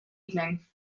evening